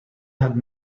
had